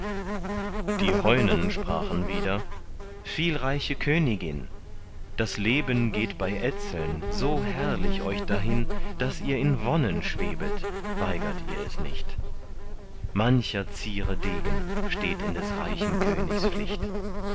die heunen sprachen wieder viel reiche königin das leben geht bei etzeln so herrlich euch dahin daß ihr in wonnen schwebet weigert ihr es nicht mancher ziere degen steht in des reichen königs pflicht